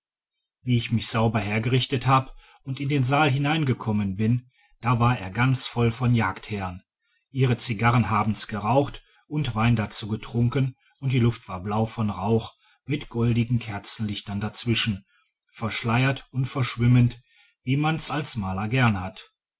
wie ich mich sauber hergerichtet hab und in den saal hineingekommen bin da war er ganz voll von jagdherren ihre zigarren haben's geraucht und wein dazu getrunken und die luft war blau von rauch mit goldigen kerzenlichtern dazwischen verschleiert und verschwimmend wie man's als maler gern hat